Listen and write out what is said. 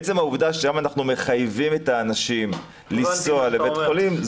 עצם העובדה שהיום אנחנו מחייבים את האנשים לנסוע לבית חולים,